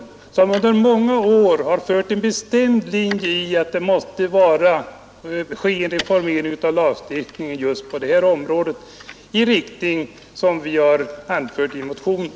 Han har under många år drivit den bestämda linjen att det måste ske en reformering av lagstiftningen på detta område i den riktning som vi har angivit i motionen.